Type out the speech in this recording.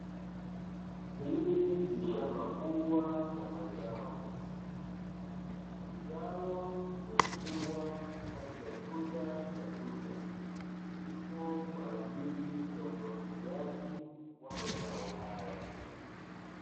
Hili ni shamba kubwa la mazao mitaro iliyochimbwa kati ya tuta na tuta ipo kwa ajili ya umwagiliaji wa mazao haya.